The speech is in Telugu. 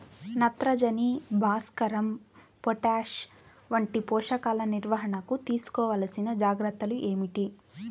నత్రజని, భాస్వరం, పొటాష్ వంటి పోషకాల నిర్వహణకు తీసుకోవలసిన జాగ్రత్తలు ఏమిటీ?